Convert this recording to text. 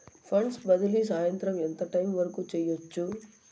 funds బదిలీ సాయంత్రం ఎంత టైము వరకు చేయొచ్చు